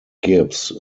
gibbs